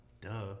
duh